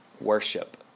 Worship